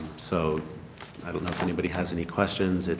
so i don't know if anybody has any questions.